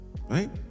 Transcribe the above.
Right